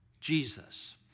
Jesus